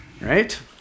Right